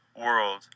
world